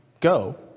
go